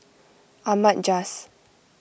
Ahmad Jais